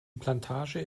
plantage